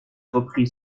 reprit